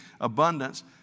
abundance